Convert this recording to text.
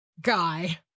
guy